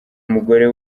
umugore